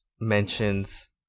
mentions